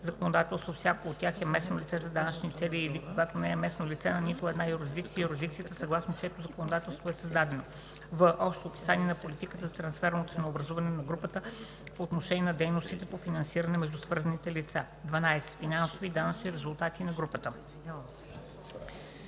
законодателство всяко от тях е местно лице за данъчни цели, или, когато не е местно лице на нито една юрисдикция, юрисдикцията, съгласно чието законодателство е създадено; в) общо описание на политиката за трансферно ценообразуване на групата по отношение на дейностите по финансиране между свързаните лица; 12. финансови и данъчни резултати на групата: